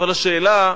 אבל השאלה,